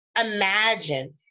Imagine